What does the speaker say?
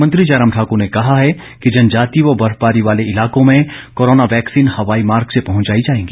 मुख्यमंत्री जयराम ठाकुर ने कहा है कि जनजातीय व बर्फबारी वाले इलाकों में कोरोना वैक्सीन हवाई मार्ग से पहुंचाई जाएगी